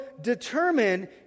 determine